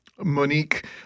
Monique